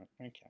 Okay